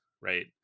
right